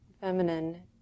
Feminine